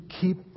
keep